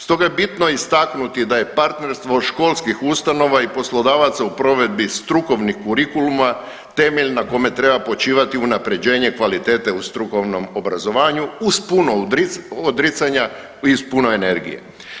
Stoga je bitno istaknuti da je partnerstvo školskih ustanova i poslodavaca u provedbi strukovnih kurikuluma temelj na kome treba počivati unapređenje kvalitete u strukovnom obrazovanju uz puno odricanja, uz puno energije.